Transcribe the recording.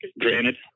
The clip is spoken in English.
granted